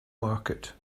market